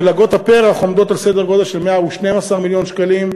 מלגות הפר"ח עומדות על סדר גודל של 112 מיליון שקלים.